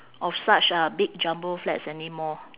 of such uh big jumbo flats anymore